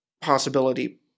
possibility